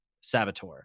Saboteur